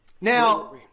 Now